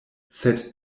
sed